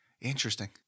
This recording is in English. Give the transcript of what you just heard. interesting